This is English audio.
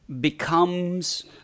becomes